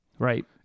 Right